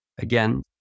again